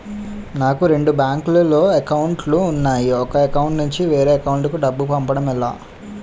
నాకు రెండు బ్యాంక్ లో లో అకౌంట్ లు ఉన్నాయి ఒక అకౌంట్ నుంచి వేరే అకౌంట్ కు డబ్బు పంపడం ఎలా?